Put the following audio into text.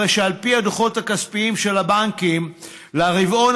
הרי הדוחות הכספיים של הבנקים לרבעון